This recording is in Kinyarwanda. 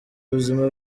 ubuzima